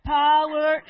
power